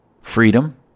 freedom